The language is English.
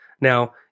Now